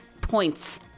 points